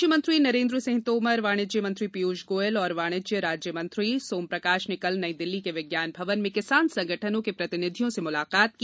कृषि मंत्री नरेनद्र सिंह तोमर वाणिज्य मंत्री पीयूष गोयल और वाणिज्य राज्य मंत्री सोम प्रकाश ने कल नई दिल्ली के विज्ञान भवन में किसान संगठनों के प्रतिनिधियों से मुलाकात की